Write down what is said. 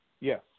Yes